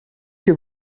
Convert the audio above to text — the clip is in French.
que